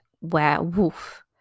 werewolf